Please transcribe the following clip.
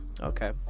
okay